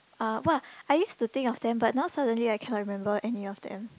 uh !wah! I used to think of them but now suddenly I cannot remember any of them